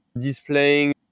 displaying